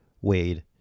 Wade